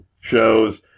shows